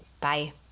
Bye